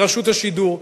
ברשות השידור,